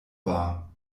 war